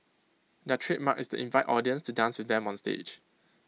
their trademark is to invite audience to dance with them onstage